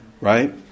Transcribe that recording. Right